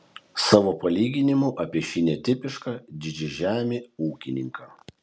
savo palyginimu apie šį netipišką didžiažemį ūkininką